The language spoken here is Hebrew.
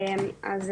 אז,